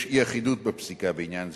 יש אי-אחידות בפסיקה בעניין זה,